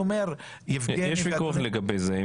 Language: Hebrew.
יש ויכוח לגבי זה.